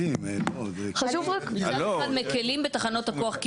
מצד אחד מקלים בתחנות הכוח,